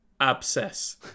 abscess